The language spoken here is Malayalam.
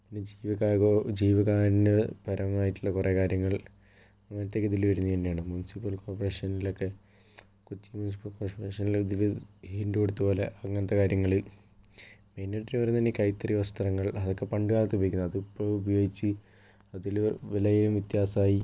മീൻസ് ജീവ ജീവകാരുണ്യപരമായിട്ടുള്ള കുറെ കാര്യങ്ങൾ അങ്ങനത്തെയൊക്കെ ഇതിൽ വരുന്നതു തന്നെയാണ് മീൻസ് കോർപ്പറേഷനിലൊക്കെ കോർപ്പറേഷനിലെ ഇതില് ഹിൻ്റ് കൊടുത്തപോലെ അങ്ങനത്തെ കാര്യങ്ങള് മെയിനായിട്ട് വരുന്നത് ഈ കൈത്തറി വസ്ത്രങ്ങൾ അതൊക്കെ പണ്ട് കാലത്ത് ഉപയോഗിക്കുന്നതാണ് അത് ഇപ്പോൾ ഉപയോഗിച്ച് അതില് വിലയും വ്യത്യസമായി